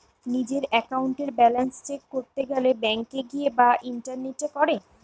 নিজের একাউন্টের balance check করতে গেলে ব্যাংকে গিয়ে বা ইন্টারনেটে করে